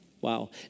Wow